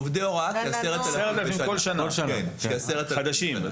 כל שנה, חדשים.